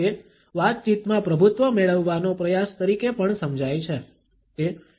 તે વાતચીતમાં પ્રભુત્વ મેળવવાનો પ્રયાસ તરીકે પણ સમજાય છે